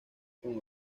con